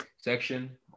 section